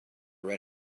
ran